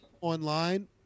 online